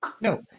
No